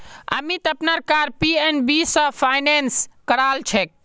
अमीत अपनार car PNB स finance करालछेक